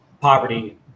poverty